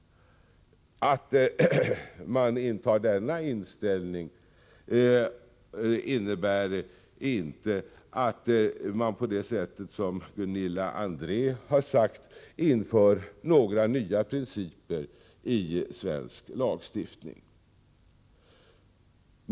Att man intar denna ståndpunkt innebär inte att man, som Gunilla André har sagt, inför nya principer i svensk lagstiftning.